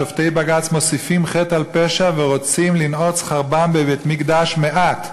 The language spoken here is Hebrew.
שופטי בג"ץ מוסיפים חטא על פשע ורוצים לנעוץ חרבם בבית-מקדש מעט.